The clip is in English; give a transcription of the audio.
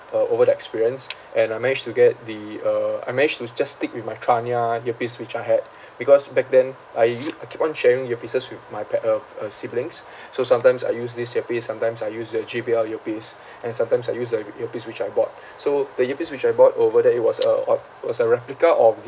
uh over the experience and I managed to get the uh I managed to just stick with my tranya earpiece which I had because back then I u~ I keep on sharing earpieces with my pa~ of uh siblings so sometimes I use this earpiece sometimes I use their J_B_L earpiece and sometimes I use the earpiece which I bought so the earpiece which I bought over there it was a what it was a replica of the